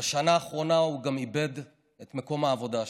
בשנה האחרונה הוא גם איבד את מקום העבודה שלו,